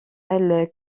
elle